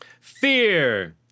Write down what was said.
Fear